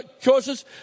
choices